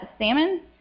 Salmon